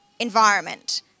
environment